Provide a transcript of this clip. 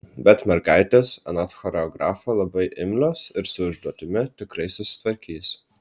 bet mergaitės anot choreografo labai imlios ir su užduotimi tikrai susitvarkys